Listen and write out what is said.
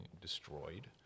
destroyed